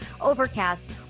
Overcast